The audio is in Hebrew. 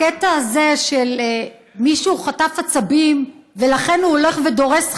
הקטע הזה של מישהו שחטף עצבים ולכן הוא הולך ודורס חיילים,